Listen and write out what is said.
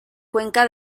cuenca